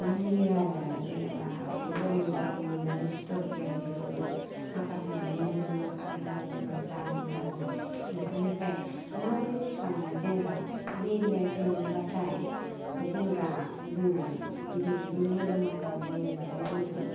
बुयो आरो जेनेबा गरम गरम मोनो सिथर बेरजोबो माखासे माने मोदोम माखा बुलब बुलब जाजोबो आरो ना बेफोरनिफ्राय माब्रै रैखा मोनो जेनेबा बेरेआ जोयोबाथाय जेनेबा जोङो बि बे मोदोम माखाया बुयोबाथाय जोङो